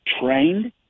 trained